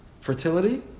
Fertility